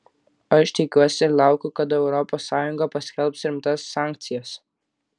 aš tikiuosi ir laukiu kada europos sąjunga paskelbs rimtas sankcijas